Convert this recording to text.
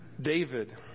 David